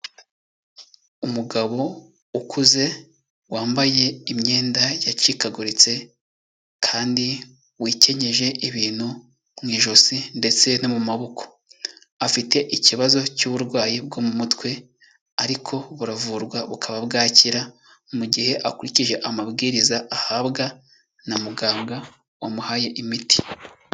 Umugabo ukuze wambaye imyenda yacikaguritse kandi wikenyeje ibintu mu ijosi ndetse no mu maboko, afite ikibazo cy'uburwayi bwo mu mutwe ariko buravurwa bukaba bwakira, mu gihe akurikije amabwiriza ahabwa na muganga wamuhaye imiti.